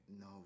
No